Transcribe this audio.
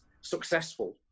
successful